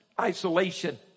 isolation